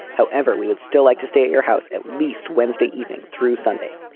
however we would still like to stay at your house at least wednesday evening through sunday.